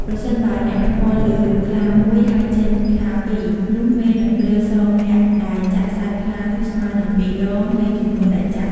ប្រសិនបើអ្នកភ្នាល់លើរូបខ្លាមួយ ហើយចេញខ្លាពីរ នោះមេនឹងត្រូវសងអ្នកដែលចាក់សត្វខ្លានោះស្មើនឹង ២ដង នៃចំនួនដែលចាក់។